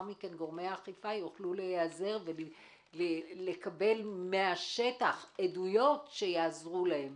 מכן גורמי האכיפה יוכלו לקבל מהשטח עדויות שיעזרו להם.